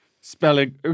spelling